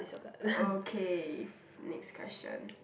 okay next question